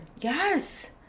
yes